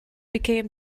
became